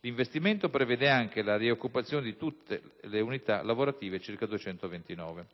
L'investimento prevede anche la rioccupazione di tutte le unità lavorative, che sono circa 229.